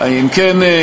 אם כן,